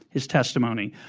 his testimony,